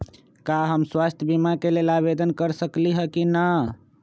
का हम स्वास्थ्य बीमा के लेल आवेदन कर सकली ह की न?